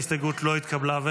ההסתייגות לא התקבלה.